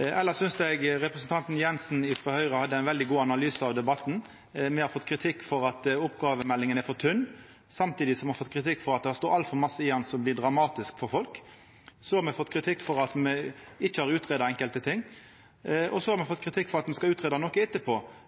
Elles synest eg representanten Jenssen frå Høgre hadde ein veldig god analyse av debatten. Me har fått kritikk for at oppgåvemeldinga er for tynn, samtidig som me har fått kritikk for at det står altfor masse i henne som blir dramatisk for folk. Så har me fått kritikk for at me ikkje har greidd ut enkelte ting, og me har fått kritikk for at me